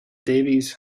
davis